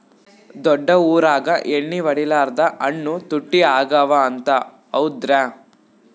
ದೊಡ್ಡ ಊರಾಗ ಎಣ್ಣಿ ಹೊಡಿಲಾರ್ದ ಹಣ್ಣು ತುಟ್ಟಿ ಅಗವ ಅಂತ, ಹೌದ್ರ್ಯಾ?